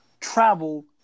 travel